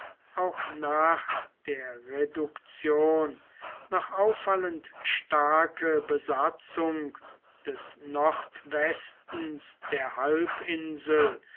auch nach der reduktion noch auffallend starke besatzung des nordwestens der halbinsel